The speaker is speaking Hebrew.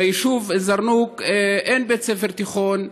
ביישוב א-זרנוק אין בית ספר תיכון,